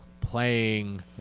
playing